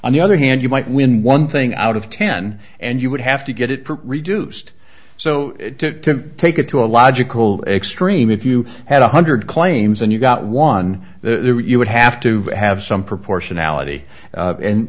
on the other hand you might win one thing out of ten and you would have to get it reduced so to take it to a logical extreme if you had one hundred claims and you got one you would have to have some proportion